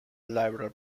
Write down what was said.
liberal